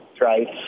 right